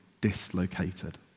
dislocated